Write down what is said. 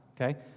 Okay